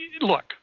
Look